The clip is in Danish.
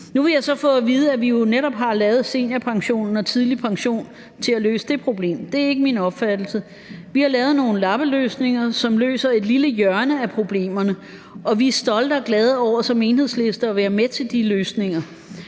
Nu vil jeg så få at vide, at vi jo netop har lavet seniorpensionen og tidlig pension til at løse det problem. Det er ikke min opfattelse. Vi har lavet nogle lappeløsninger, som løser et lille hjørne af problemerne, og vi er i Enhedslisten stolte af og glade over at være med til de løsninger.